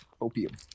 opium